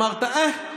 אמרת: אה,